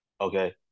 Okay